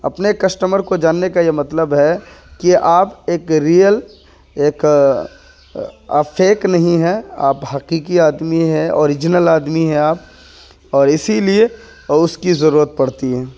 اپنے کسٹمر کو جاننے کا یہ مطلب ہے کہ آپ ایک ریئل ایک آپ فیک نہیں ہیں آپ حقیقی آدمی ہیں اوریجنل آدمی ہیں آپ اور اسی لیے اس کی ضرورت پڑتی ہیں